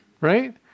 right